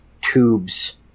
tubes